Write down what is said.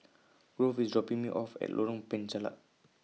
Grove IS dropping Me off At Lorong Penchalak